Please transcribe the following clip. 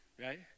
right